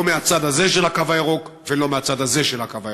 לא מהצד הזה של הקו הירוק ולא מהצד הזה של הקו הירוק.